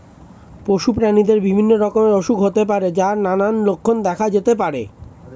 পশু প্রাণীদের বিভিন্ন রকমের অসুখ হতে পারে যার নানান লক্ষণ দেখা যেতে পারে